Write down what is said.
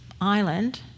island